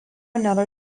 nėra